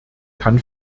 kann